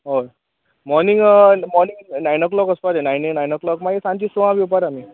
ऑय morning morning nine o'clock वोसपाचें nine ए णायण ओ क्लॉक मागीर सांची सआ बी येवपा रे आमी